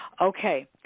Okay